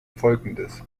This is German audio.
folgendes